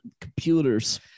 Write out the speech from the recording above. computers